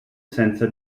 senza